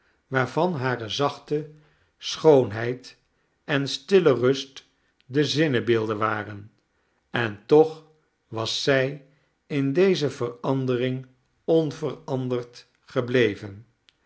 waarvan hare zachte schoonheid en stille rust de zinnebeelden waren en toch was zij in deze verandering onveranderd gebleven